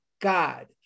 God